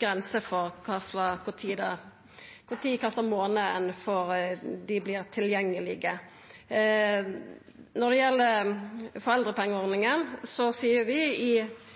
grenser for kva for ein månad dei vert tilgjengelege. Når det gjeld foreldrepengeordninga, står det i plattforma at vi ikkje skal gjera noko med rettane til foreldra, men det ligg òg i